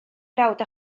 frawd